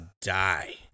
die